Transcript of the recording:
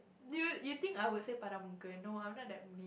do you you think I would say but no I am not that